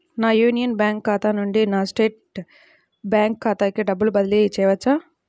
నా union bank ఖాతా నుండి నా స్టేట్ బ్యాంకు ఖాతాకి డబ్బు బదిలి చేయవచ్చా?